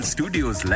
Studios